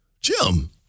Jim